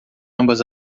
ambas